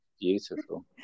beautiful